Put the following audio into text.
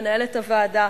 מנהלת הוועדה,